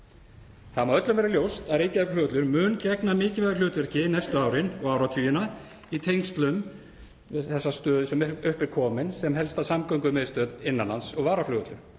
Það má öllum vera ljóst að Reykjavíkurflugvöllur mun gegna mikilvægu hlutverki næstu árin og áratugina í tengslum við þessa stöðu sem upp er komin sem helsta samgöngumiðstöð innan lands og varaflugvöllur.